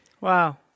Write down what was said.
Wow